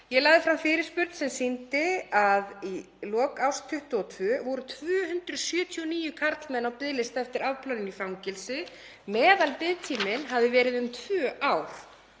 Ég lagði fram fyrirspurn sem sýndi að í lok árs 2022 voru 279 karlmenn á biðlista eftir afplánun í fangelsi. Meðalbiðtíminn hafði verið um tvö ár.